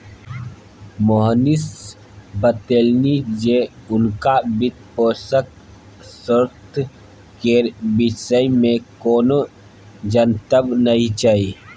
मोहनीश बतेलनि जे हुनका वित्तपोषणक स्रोत केर विषयमे कोनो जनतब नहि छै